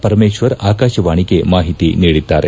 ಪರಮೇಶ್ವರ್ ಆಕಾಶವಾಣಿಗೆ ಮಾಹಿತಿ ನೀಡಿದ್ದಾರೆ